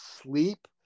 sleep